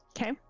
Okay